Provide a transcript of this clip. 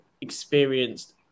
experienced